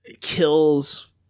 kills